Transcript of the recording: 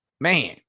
man